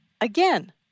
again